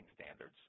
standards